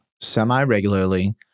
semi-regularly